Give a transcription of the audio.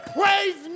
praise